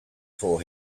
for